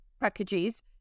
packages